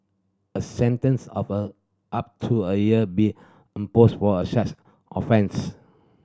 a sentence of a up to a year be imposed for a such offence